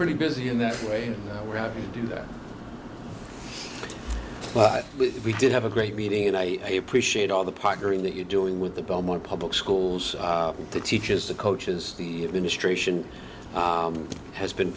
pretty busy in that way and we're having to do that but we did have a great meeting and i appreciate all the partnering that you're doing with the belmont public schools the teachers the coaches the administration has been